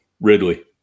Ridley